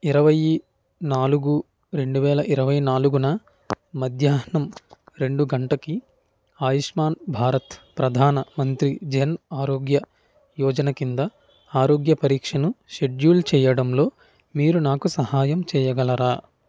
ఇరవై నాలుగు రెండు వేల ఇరవై నాలుగున మధ్యాహ్నం రెండు గంటకి ఆయుష్మాన్ భారత్ ప్రధాన మంత్రి జన్ ఆరోగ్య యోజన క్రింద ఆరోగ్య పరీక్షను షెడ్యూల్ చెయ్యడంలో మీరు నాకు సహాయం చెయ్యగలరా